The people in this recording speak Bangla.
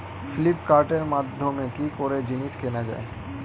ফ্লিপকার্টের মাধ্যমে কি করে জিনিস কেনা যায়?